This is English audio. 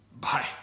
Bye